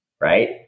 right